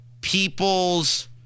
people's